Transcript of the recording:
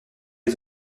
les